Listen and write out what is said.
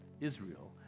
Israel